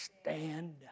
stand